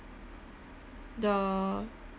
the